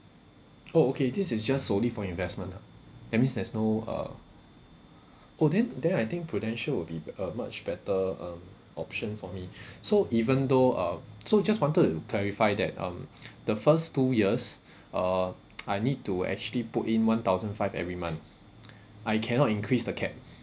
oh okay this is just solely for investment ah that means there's no uh oh then then I think Prudential would be a much better um option for me so even though uh so just wanted to clarify that um the first two years uh I need to actually put in one thousand five every month I cannot increase the cap